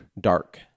Dark